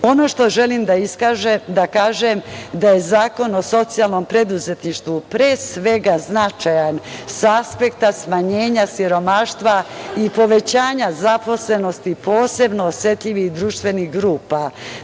što želim da kažem je da je Zakon o socijalnom preduzetništvu značajan sa aspekta smanjenja siromaštva i povećanja zaposlenosti posebno osetljivih društvenih grupa.